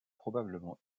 probablement